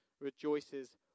rejoices